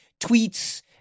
tweets